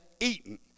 eaten